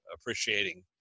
appreciating